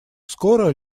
скоро